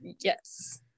yes